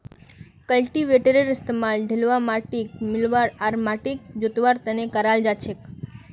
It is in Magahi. कल्टीवेटरेर इस्तमाल ढिलवा माटिक मिलव्वा आर माटिक जोतवार त न कराल जा छेक